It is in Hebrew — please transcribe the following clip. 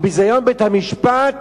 ביזיון בית-המשפט